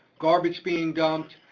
garbage being dumped,